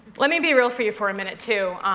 let me be real for you, for a minute, too.